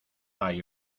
hay